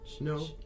No